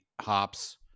hops